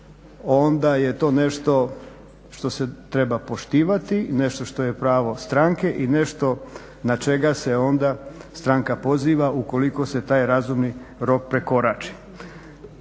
onda je to nešto što se treba poštivati, nešto što je pravo stranke i nešto na čega se onda stranka poziva ukoliko se taj razumni rok prekorači.